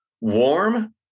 warm